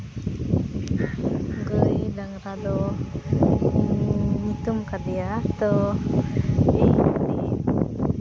ᱜᱟᱹᱭ ᱰᱟᱝᱨᱟ ᱫᱚ ᱧᱩᱛᱩᱢ ᱠᱟᱫᱮᱭᱟ ᱛᱚ